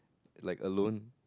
like alone